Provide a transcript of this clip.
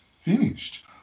finished